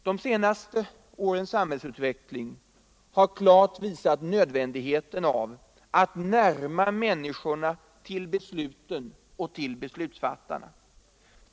De senaste årens samhällsutveckling har klart visat nödvändigheten av Nr 105 att närma människorna till besluten och till beslutsfattarna.